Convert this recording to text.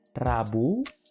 Rabu